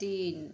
तीन